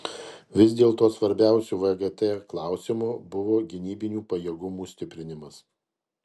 vis dėlto svarbiausiu vgt klausimu buvo gynybinių pajėgumų stiprinimas